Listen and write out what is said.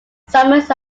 summers